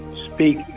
speak